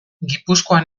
gipuzkoan